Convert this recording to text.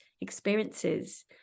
experiences